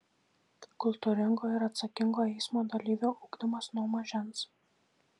kultūringo ir atsakingo eismo dalyvio ugdymas nuo mažens